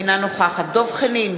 אינה נוכחת דב חנין,